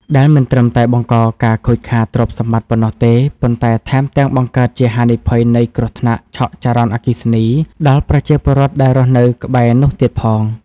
ដែលមិនត្រឹមតែបង្កការខូចខាតទ្រព្យសម្បត្តិប៉ុណ្ណោះទេ ប៉ុន្តែថែមទាំងបង្កើតជាហានិភ័យនៃគ្រោះថ្នាក់ឆក់ចរន្តអគ្គិសនីដល់ប្រជាពលរដ្ឋដែលរស់នៅក្បែរនោះទៀតផង។